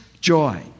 joy